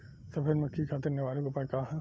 सफेद मक्खी खातिर निवारक उपाय का ह?